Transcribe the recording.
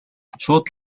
шууд